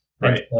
Right